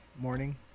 morning